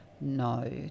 no